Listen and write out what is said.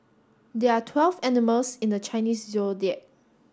there are twelve animals in the Chinese Zodiac